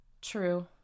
True